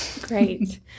Great